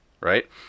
right